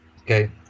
Okay